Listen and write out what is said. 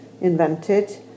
invented